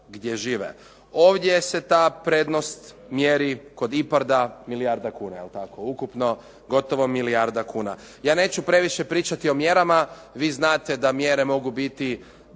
Ovdje se ta prednost mjeri kod IPARDA milijarda kuna, ukupno gotovo milijarda kuna. Ja neću previše pričati o mjerama, vi znate da mjere mogu biti